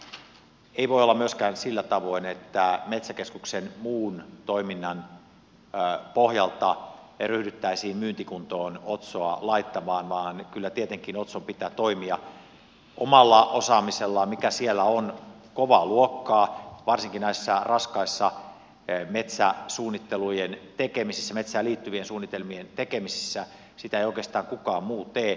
ei voi olla sillä tavoin että metsäkeskuksen muun toiminnan pohjalta ryhdyttäisiin myyntikuntoon otsoa laittamaan vaan kyllä tietenkin otson pitää toimia omalla osaamisellaan mikä siellä on kovaa luokkaa varsinkin näissä raskaissa metsään liittyvien suunnitelmien tekemisissä sitä ei oikeastaan kukaan muu tee